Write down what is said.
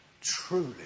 truly